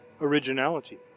Originality